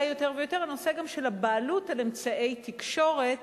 יותר ויותר הנושא של הבעלות על אמצעי תקשורת